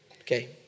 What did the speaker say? Okay